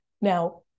Now